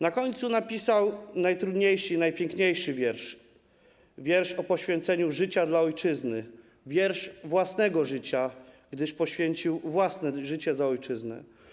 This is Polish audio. Na koniec napisał najtrudniejszy i najpiękniejszy wiersz: wiersz o poświęceniu życia dla ojczyzny, wiersz własnego życia, gdyż poświęcił własne życie za ojczyznę.